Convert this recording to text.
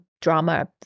drama